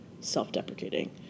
self-deprecating